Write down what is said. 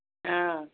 ହଁ